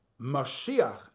Mashiach